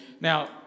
Now